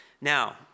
Now